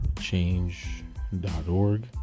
change.org